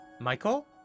Michael